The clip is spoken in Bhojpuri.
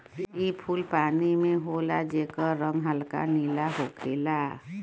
इ फूल पानी में होला जेकर रंग हल्का नीला होखेला